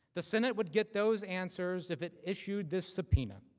the senate would get those answers if it issued the subpoena.